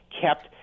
kept